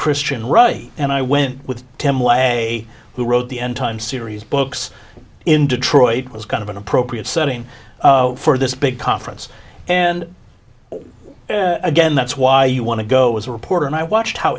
christian right and i went with tim way who wrote the end time series books in detroit was kind of an appropriate setting for this big conference and again that's why you want to go as a reporter and i watched how